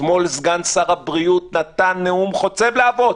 אתמול סגן שר הבריאות נתן נאום חוצב להבות